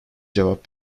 cevap